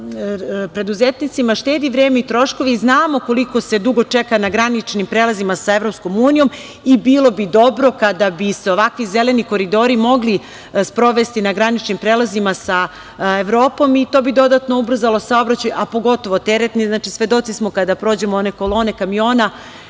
i preduzetnicima štedi vreme i troškovi. Znamo koliko se dugo čeka na graničnim prelazima sa EU i bilo bi dobro kada bi se ovakvi zeleni koridori mogli sprovesti na graničnim prelazima sa Evropom. To bi dodatno ubrzalo saobraćaj, a pogotovo teretni. Svedoci smo da kada prođemo one kolone kamiona